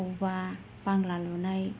अबावबा बांग्ला लुनाय